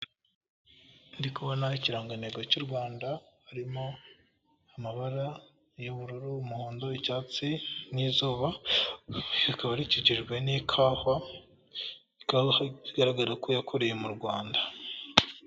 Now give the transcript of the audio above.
Ndi kubona ikiranganego cy'u Rwanda. Harimo amabara y'ubururu n'umuhondo, icyatsi, n'izuba rikaba rikikijwe n'ikawa. Ika igaragara ko yakorewe mu Rwanda.